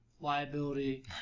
liability